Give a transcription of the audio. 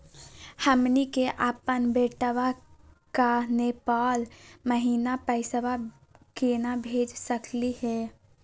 हमनी के अपन बेटवा क नेपाल महिना पैसवा केना भेज सकली हे?